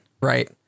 right